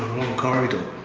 corridor!